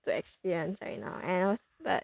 to experience right now and all but